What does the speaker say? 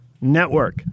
Network